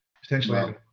potentially